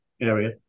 area